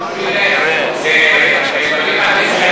במקום שהוא ילך לדברים אחרים,